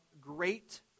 great